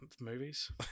movies